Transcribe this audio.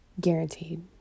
Guaranteed